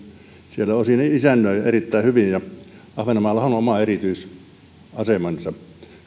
siellä osin isännöi ja erittäin hyvin ahvenanmaallahan on oma erityisasemansa